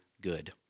good